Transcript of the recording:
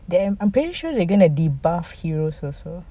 then I'm pretty sure they're gonna debuff heroes also